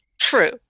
True